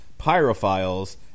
pyrophiles